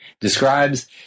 describes